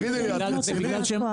תגידי לי, את רצינית?